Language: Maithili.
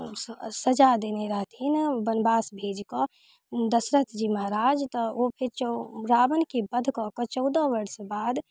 आओर स सजा देने रहथिन वनवास भेज कऽ दशरथजी महाराज तऽ ओहिके चौ रावणके वध कऽ के चौदह वर्ष बाद